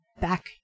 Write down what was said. back